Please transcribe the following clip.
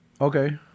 Okay